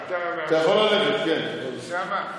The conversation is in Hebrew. אוסאמה,